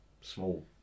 small